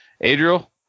Adriel